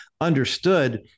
understood